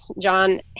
John